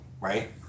right